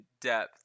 depth